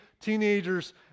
teenagers